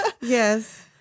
Yes